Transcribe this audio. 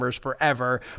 forever